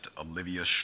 Olivia